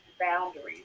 boundaries